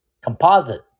composite